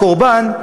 הקורבן,